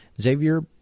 Xavier